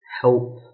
help